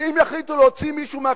ואם יחליטו להוציא מישהו מהכנסת,